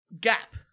gap